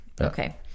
okay